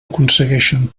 aconsegueixen